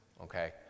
okay